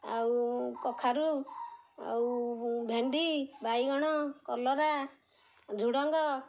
ଆଉ କଖାରୁ ଆଉ ଭେଣ୍ଡି ବାଇଗଣ କଲରା ଝୁଡ଼ଙ୍ଗ